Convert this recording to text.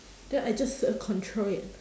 then I just uh control it